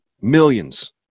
millions